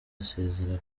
asezera